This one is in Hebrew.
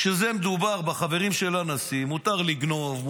כשמדובר בחברים של הנשיא מותר לגנוב,